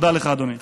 תודה לך, אדוני.